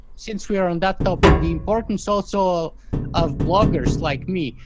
since we are and that topic, the importance so so of bloggers like me,